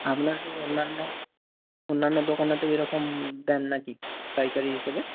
আপনারা কি অন্যান্য অন্যান্য দোকানেতেও এরকম দেন না কি পাইকারি হিসেবে